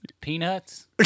Peanuts